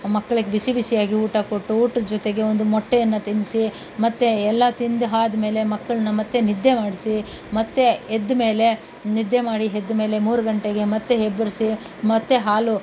ಮಕ್ಳಿಗೆ ಬಿಸಿ ಬಿಸಿಯಾಗಿ ಊಟ ಕೊಟ್ಟು ಊಟದ ಜೊತೆಗೆ ಒಂದು ಮೊಟ್ಟೆಯನ್ನು ತಿನ್ನಿಸಿ ಮತ್ತೆ ಎಲ್ಲ ತಿಂದು ಆದ್ಮೇಲೆ ಮಕ್ಕಳನ್ನ ಮತ್ತೆ ನಿದ್ದೆ ಮಾಡಿಸಿ ಮತ್ತೆ ಎದ್ದ ಮೇಲೆ ನಿದ್ದೆ ಮಾಡಿ ಎದ್ದ ಮೇಲೆ ಮೂರು ಗಂಟೆಗೆ ಮತ್ತೆ ಎಬ್ಬಿಸಿ ಮತ್ತೆ ಹಾಲು